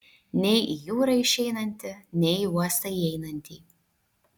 nei į jūrą išeinantį nei į uostą įeinantį